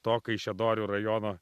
to kaišiadorių rajono